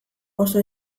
oso